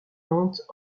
ventes